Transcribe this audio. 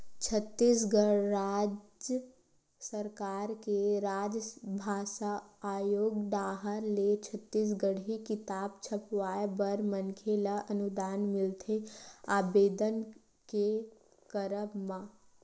छत्तीसगढ़ राज सरकार के राजभासा आयोग डाहर ले छत्तीसगढ़ी किताब छपवाय बर मनखे ल अनुदान मिलथे आबेदन के करब म